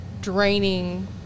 draining